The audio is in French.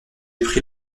pris